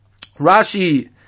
Rashi